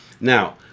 Now